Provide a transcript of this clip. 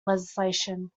legislation